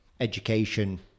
education